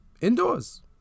Indoors